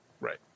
Right